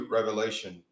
Revelation